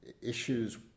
issues